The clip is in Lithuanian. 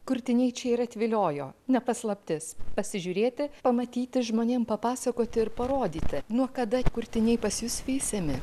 kurtiniai čia ir atviliojo ne paslaptis pasižiūrėti pamatyti žmonėm papasakoti ir parodyti nuo kada kurtiniai pas jus veisiami